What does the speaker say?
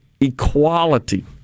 equality